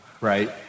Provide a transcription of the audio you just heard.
right